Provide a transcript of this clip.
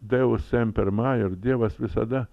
deus semper maior dievas visada